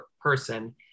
person